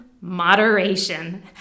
moderation